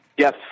Yes